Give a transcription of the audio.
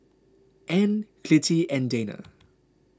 Ann Clytie and Dayna